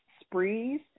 sprees